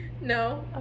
No